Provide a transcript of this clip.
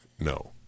No